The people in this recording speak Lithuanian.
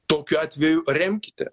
tokiu atveju remkite